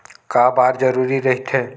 का बार जरूरी रहि थे?